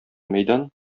мәйдан